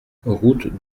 route